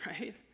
right